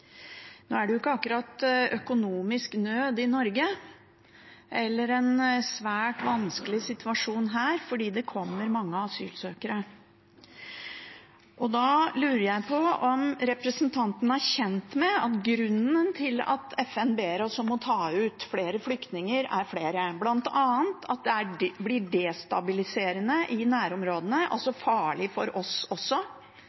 Nå er det ikke akkurat økonomisk nød i Norge, eller en svært vanskelig situasjon her fordi det kommer mange asylsøkere. Da lurer jeg på om representanten er kjent med at grunnen til at FN ber oss om å ta imot flere flyktninger er flere, bl.a. at det blir destabiliserende i nærområdene